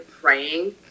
praying